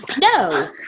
no